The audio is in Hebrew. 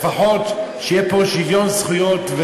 לפחות שיהיה פה שוויון זכויות,